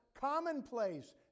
commonplace